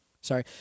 Sorry